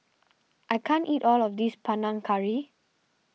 I can't eat all of this Panang Curry